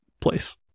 place